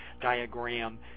diagram